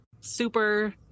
super